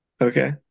Okay